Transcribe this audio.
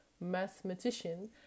mathematician